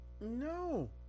No